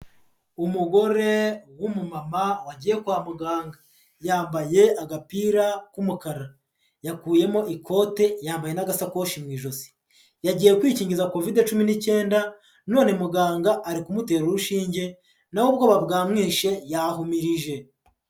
Umugore w'umumama wagiye kwa muganga, yambaye agapira k'umukara, yakuyemo ikote, yambaye n'agasakoshi mu ijosi, yagiye kwikingiza Kovide cumi n'icyenda none muganga ari kumutera urushinge na we ubwoba bwamwishe yahumirije.